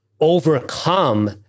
overcome